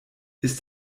ist